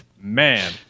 Man